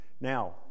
Now